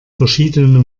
verschiedene